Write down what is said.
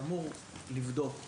שאמור לבדוק,